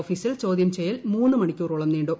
ഓഫീസിൽ ചോദ്യം ചെയ്യൽ മൂന്ന് മണിക്കൂറോളം നിണ്ടു